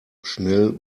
schnell